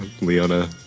Leona